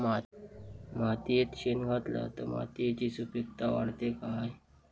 मातयेत शेण घातला तर मातयेची सुपीकता वाढते काय?